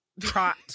Trot